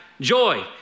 joy